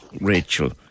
Rachel